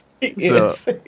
yes